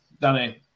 Danny